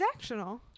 transactional